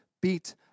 beat